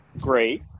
great